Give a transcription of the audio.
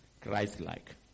Christ-like